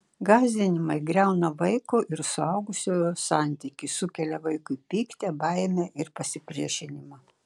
gąsdinimai griauna vaiko ir suaugusiojo santykį sukelia vaikui pyktį baimę ir pasipriešinimą